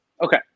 okay